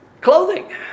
clothing